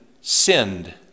sinned